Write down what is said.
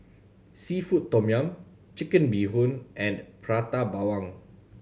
seafood tom yum Chicken Bee Hoon and Prata Bawang